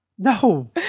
No